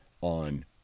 on